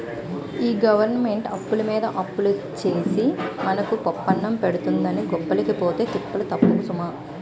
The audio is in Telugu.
ఈ గవరమెంటు అప్పులమీద అప్పులు సేసి మనకు పప్పన్నం పెడతందని గొప్పలకి పోతే తిప్పలు తప్పవు సుమా